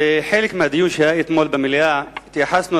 בחלק מהדיון שהיה אתמול במליאה התייחסנו